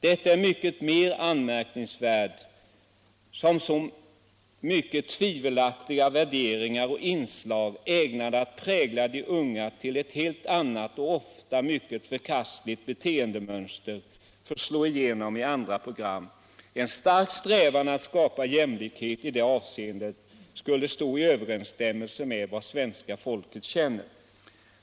Detta är så mycket mer anmärkningsvärt som så många tvivelaktiga värderingar och inslag, som är ägnade att prägla de unga till ett helt annat och ofta mycket förkastligt beteendemönster, får slå igenom i andra program. En stark strävan att skapa jämlikhet i det avseendet skulle stå i överensstämmelse med vad svenska folket känner.